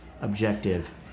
objective